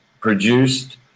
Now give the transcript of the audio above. produced